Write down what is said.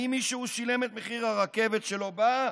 האם מישהו שילם את מחיר הרכבת שלא באה?